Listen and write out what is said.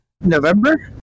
november